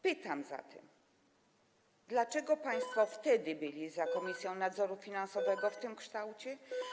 Pytam zatem: Dlaczego państwo wtedy byli za Komisją Nadzoru Finansowego w tym kształcie?